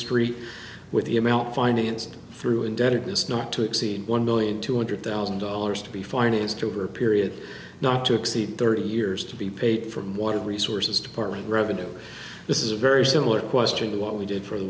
street with the amount financed through indebtedness not to exceed one million two hundred thousand dollars to be fine is to over a period not to exceed thirty years to be paid from water resources department revenue this is a very similar question to what we did for the